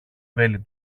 βέλη